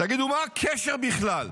תגידו, מה הקשר בכלל?